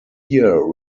year